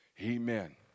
Amen